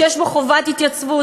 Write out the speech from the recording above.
שיש בו חובת התייצבות,